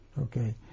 Okay